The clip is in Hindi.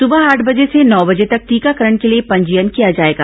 सुबह आठ बजे से नौ बजे तक टीकाकरण के लिए पंजीयन किया जाएगा